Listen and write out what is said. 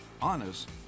honest